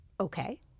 okay